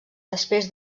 després